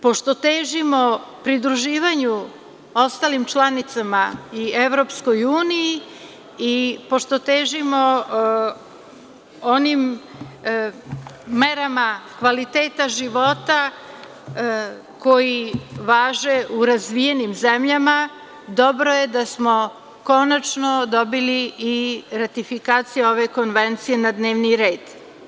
Pošto težimo pridruživanju ostalim članicama i EU i pošto težimo onim merama kvaliteta života koji važe u razvijenim zemljama dobro je da smo konačno dobili i ratifikaciju ove konvencije na dnevni red.